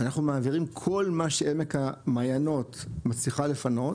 אנחנו מעבירים כל מה שעמק המעיינות מצליחה לפנות,